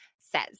says